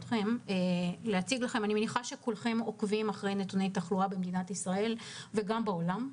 אני מניחה שכולכם עוקבים אחרי נתוני התחלואה במדינת ישראל וגם בעולם,